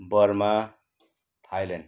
Burma Thailand